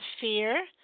fear